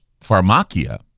pharmacia